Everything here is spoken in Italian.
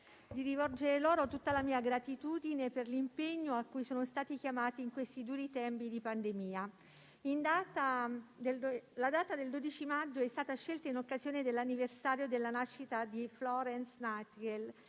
di rivolgere loro tutta la mia gratitudine per l'impegno a cui sono stati chiamati in questi duri tempi di pandemia. La data del 12 maggio è stata scelta in occasione dell'anniversario della nascita di Florence Nightingale,